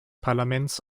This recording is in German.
parlaments